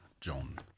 John